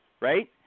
right